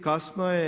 Kasno je.